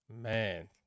Man